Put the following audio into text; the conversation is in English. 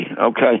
Okay